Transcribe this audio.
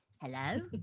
Hello